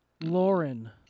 Lauren